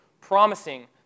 promising